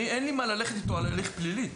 אין לי מה ללכת איתו על הליך פלילי.